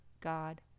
God